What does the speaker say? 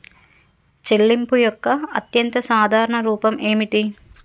చెల్లింపు యొక్క అత్యంత సాధారణ రూపం ఏమిటి?